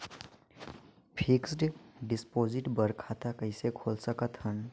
Fixed deposit बर खाता कइसे खोल सकत हन?